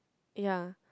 yea